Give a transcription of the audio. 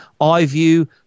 iView